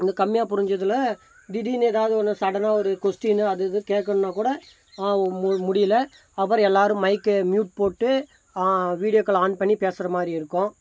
அந்த கம்மியாக புரிஞ்சதில் திடீரெனு ஏதாவது ஒன்று சடனாக ஒரு கொஸ்ட்டினு அது இது கேட்கணுனா கூட முடியல அப்புறம் எல்லாேரும் மைக்கை மியூட் போட்டு வீடியோ கால் ஆன் பண்ணி பேசுகிற மாதிரி இருக்கும்